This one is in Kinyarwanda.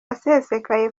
asesekaye